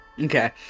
Okay